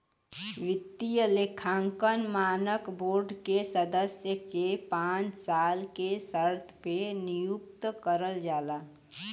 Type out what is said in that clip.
वित्तीय लेखांकन मानक बोर्ड के सदस्य के पांच साल के शर्त पे नियुक्त करल जाला